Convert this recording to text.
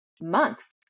months